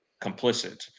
complicit